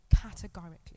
categorically